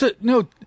no